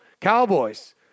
Cowboys